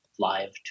live